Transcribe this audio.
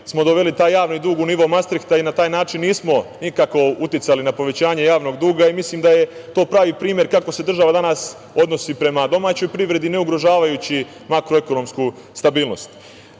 smo doveli taj javni dug u nivo mastrihta i na taj način nismo nikako uticali na povećanje javnog duga i mislim da je to pravi primer kako se država danas odnosi prema domaćoj privredi neugrožavajući makroekonomsku stabilnost. Samo